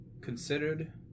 considered